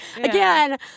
again